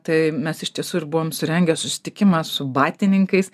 tai mes iš tiesų ir buvom surengę susitikimą su batininkais